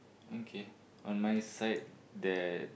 okay on my side there